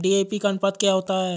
DAP का अनुपात क्या होता है?